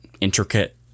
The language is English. intricate